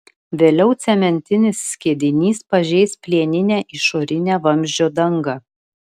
vėliau cementinis skiedinys pažeis plieninę išorinę vamzdžio dangą